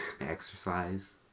exercise